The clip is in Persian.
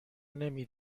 نمی